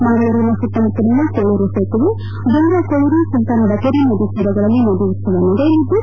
ಮಂಗಳೂರಿನ ಸುತ್ತಮುತ್ತಲಿನ ಕೂಳೂರು ಸೇತುವೆ ಬಂಗ್ರಕೂಳೂರು ಸುಲ್ತಾನ್ ಬತ್ತೇರಿ ನದಿ ತೀರಗಳಲ್ಲಿ ನದಿ ಉತ್ತವ ನಡೆಯಲಿದ್ದು